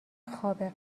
خواب